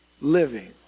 living